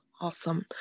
Awesome